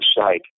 site